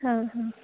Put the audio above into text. हा हा